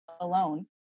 alone